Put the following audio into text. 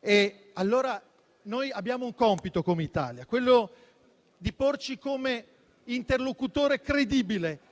israeliano. Noi abbiamo un compito come Italia: quello di porci come interlocutore credibile